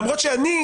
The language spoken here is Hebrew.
למרות שאני,